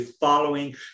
following